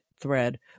thread